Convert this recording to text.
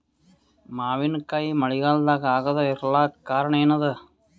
ಮಾವಿನಕಾಯಿ ಮಳಿಗಾಲದಾಗ ಆಗದೆ ಇರಲಾಕ ಕಾರಣ ಏನದ?